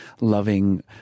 loving